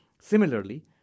Similarly